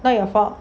not your fault